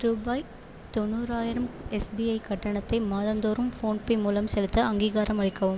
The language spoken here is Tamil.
ரூபாய் தொண்ணூறாயிரம் எஸ்பிஐ கட்டணத்தை மாதந்தோறும் ஃபோன்பே மூலம் செலுத்த அங்கீகாரம் அளிக்கவும்